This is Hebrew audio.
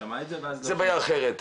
שמע את זה ואז --- זו בעיה אחרת.